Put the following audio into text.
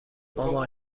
مامان